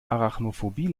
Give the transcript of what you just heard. arachnophobie